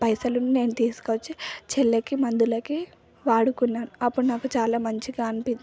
ఆ పైసలు నేను తీసుకొచ్చి చెల్లికి మందులకి వాడుకున్నాను అప్పుడు నాకు చాలా మంచిగా అనిపించింది